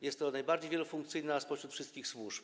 Jest to najbardziej wielofunkcyjna spośród wszystkich służb.